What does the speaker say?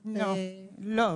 לא,